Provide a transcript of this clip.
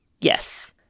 Yes